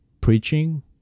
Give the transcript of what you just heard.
Preaching